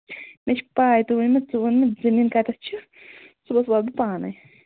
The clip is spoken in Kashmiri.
مےٚ چھِ پےَ تُہۍ ؤنِو مےٚ ژٕ وَن مےٚ زمیٖن کَتٮ۪تھ چھُ صُبَحس واتہٕ بہٕ پانے